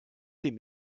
dem